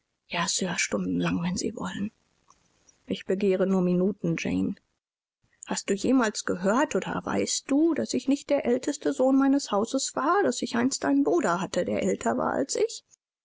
ja sir stundenlang wenn sie wollen ich begehre nur minuten jane hast du jemals gehört oder weißt du daß ich nicht der älteste sohn meines hauses war daß ich einst einen bruder hatte der älter war als ich